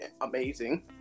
amazing